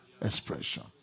expression